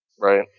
Right